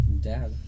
Dad